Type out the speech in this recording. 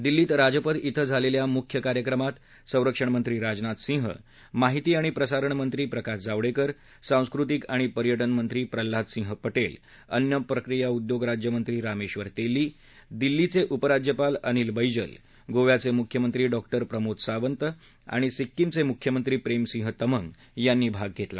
दिल्लीत राजपथ इथं झालेल्या मुख्य कार्यक्रमात संरक्षणमंत्री राजनाथ सिंह माहिती आणि प्रसारण मंत्री प्रकाश जावडेकर संस्कृतिक आणि पर्यटन मंत्री प्रल्हाद सिंह पटेल अन्न प्रक्रिया उद्योग राज्यमंत्री रामेश्वर तेली दिल्लीये उपराज्यपाल अनिल बैजल गोव्याचे मुख्यमंत्री डॉक्टर प्रमोद सांवत आणि सिक्किमचे मुख्यमंत्री प्रेम सिंह तमंग यांनी भाग घेतला